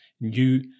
new